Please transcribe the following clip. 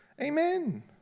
Amen